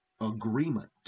agreement